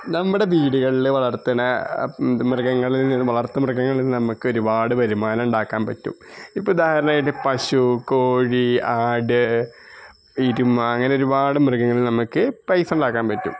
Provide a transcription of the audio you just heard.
നമ്മുടെ വീടുകളില് വളര്ത്തണ മൃഗങ്ങളിൽനിന്നും വളർത്തുമൃഗങ്ങളിൽ നിന്നും നമുക്ക് ഒരുപാട് വരുമാനം ഉണ്ടാക്കാൻ പറ്റും ഇപ്പോൾ ഉദാഹരണമായിട്ട് പശു കോഴി ആട് എരുമ അങ്ങനെ ഒരുപാട് മൃഗങ്ങളില് നമുക്ക് പൈസ ഉണ്ടാക്കാൻ പറ്റും